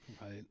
right